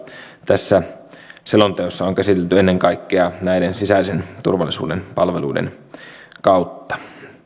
tässä selonteossa on käsitelty ennen kaikkea näiden sisäisen turvallisuuden palveluiden kautta